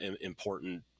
important